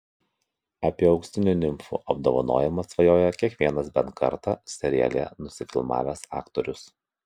apie auksinių nimfų apdovanojimą svajoja kiekvienas bent kartą seriale nusifilmavęs aktorius